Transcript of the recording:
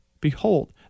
Behold